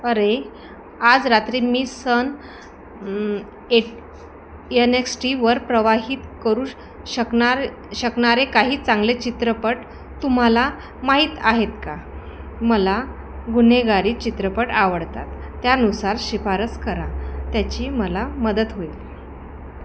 अरे आज रात्री मी सन एन एक्स टीवर प्रवाहित करू शकणार शकणारे काही चांगले चित्रपट तुम्हाला माहीत आहेत का मला गुन्हेगारी चित्रपट आवडतात त्यानुसार शिफारस करा त्याची मला मदत होईल